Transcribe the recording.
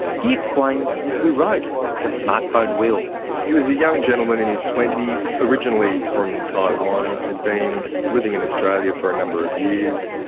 he explains who wrote the smart phone will. he was a young gentleman in his twenty s, originally from taiwan, had been living in australia for a number of years,